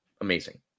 amazing